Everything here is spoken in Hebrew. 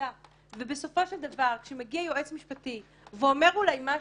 בסופו של דבר, כשמגיע יועץ משפטי ואומר משהו,